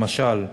למשל,